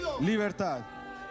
Libertad